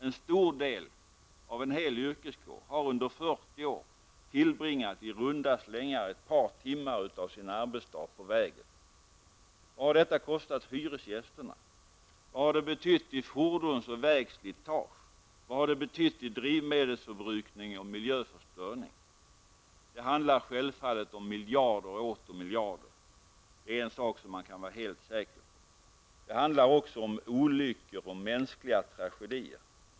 En stor del av en hel yrkeskår har under 40 år tillbringat i runda slängar ett par timmar av sin arbetsdag på vägen. Vad har detta kostat hyresgästerna? Vad har det betytt i fordons och vägslitage? Vad har det betytt i drivmedelsförbrukning och miljöförstöring? Det handlar självfallet om miljarder och åter miljarder. Det kan man vara helt säker på. Det handlar också om olyckor och mänskliga tragedier.